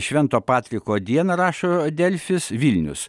švento patriko dieną rašo delfi vilnius